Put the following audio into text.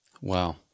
Wow